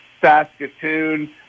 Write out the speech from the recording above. Saskatoon